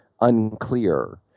unclear